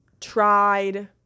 tried